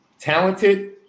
Talented